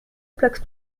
plaque